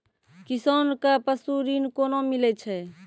किसान कऽ पसु ऋण कोना मिलै छै?